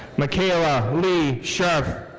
makayla leigh scharpf.